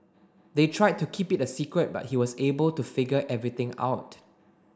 they tried to keep it a secret but he was able to figure everything out